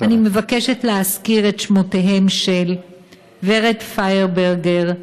אני מבקשת להזכיר את שמותיהן של ורד פיירברגר,